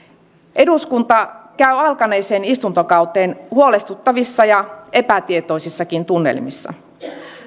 eduskunta käy alkaneeseen istuntokauteen huolestuttavissa ja epätietoisissakin tunnelmissa